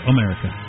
America